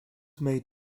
made